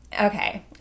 okay